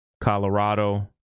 Colorado